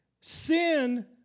Sin